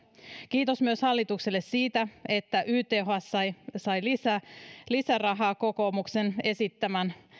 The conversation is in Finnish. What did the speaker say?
kiitos hallitukselle myös siitä että yths sai sai lisärahaa kokoomuksen esittämän